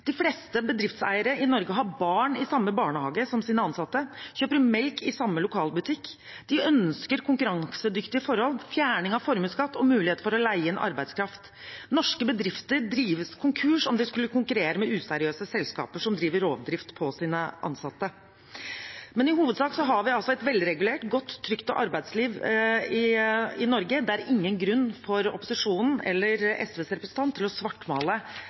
De fleste bedriftseiere i Norge har barn i samme barnehage som sine ansatte, kjøper melk i samme lokalbutikk, og de ønsker konkurransedyktige forhold, fjerning av formuesskatt og mulighet for å leie inn arbeidskraft. Norske bedrifter drives konkurs om de skulle konkurrere med useriøse selskaper som driver rovdrift på sine ansatte. I hovedsak har vi altså et velregulert, godt og trygt arbeidsliv i Norge. Det er ingen grunn for opposisjonen eller SVs representant til å svartmale